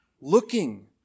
looking